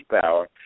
power